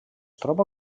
troba